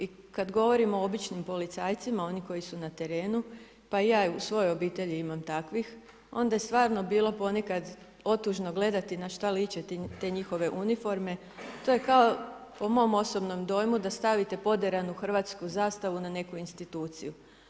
I kad govorimo o običnim policajcima, oni koji su na terenu, pa i ja u svojoj obitelji imam takvih, onda je stvarno bilo ponekad otužno gledati na šta liče te njihove uniforme, to je kao po mom osobnom dojmu da stavite poderanu hrvatsku zastavu na neku instituciju.